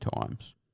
times